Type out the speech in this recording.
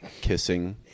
Kissing